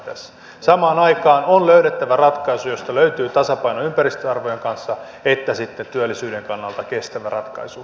samaan aikaan on löydettävä ratkaisu josta löytyy tasapaino ympäristöarvojen kanssa sekä sitten työllisyyden kannalta kestävä ratkaisu